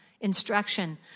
instruction